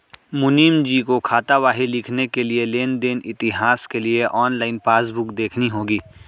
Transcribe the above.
मुनीमजी को खातावाही लिखने के लिए लेन देन इतिहास के लिए ऑनलाइन पासबुक देखनी होगी